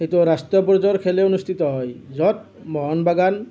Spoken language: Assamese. সেইটো ৰাষ্ট্ৰীয় পৰ্যায়ৰ খেলেই অনুষ্ঠিত হয় য'ত মোহন বাগান